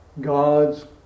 God's